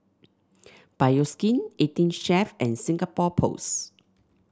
Bioskin Eighteen Chef and Singapore Post